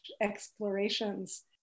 explorations